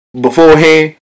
Beforehand